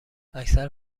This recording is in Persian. اکثر